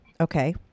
Okay